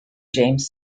james